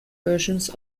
versions